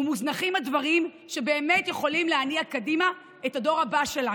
ומוזנחים הדברים שבאמת יכולים להניע קדימה את הדור הבא שלנו.